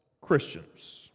Christians